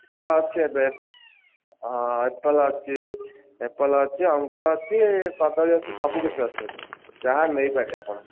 ଫଳ ଅଛି ଏବେ ଆପେଲ୍ ଅଛି ଆପେଲ୍ ଅଛି ଅଙ୍ଗୁର ଅଛି କଦଳୀ ଅଛି ସବୁ କିଛି ଅଛି ଏବେ ଯାହା ନେଇ ପାରିବେ ଆପଣ